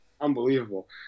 Unbelievable